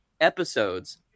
episodes